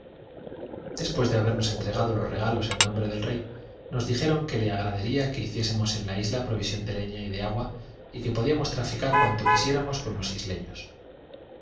después de habernos entregado los regalos en nombre del rey nos dijeron que le agradaría que hiciésemos en la isla provisión de leña y de agua y que podíamos traficar cuanto quisiéramos con los isleños